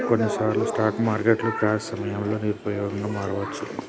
కొన్నిసార్లు స్టాక్ మార్కెట్లు క్రాష్ సమయంలో నిరుపయోగంగా మారవచ్చు